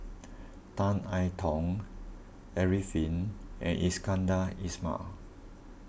Tan I Tong Arifin and Iskandar Ismail